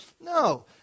No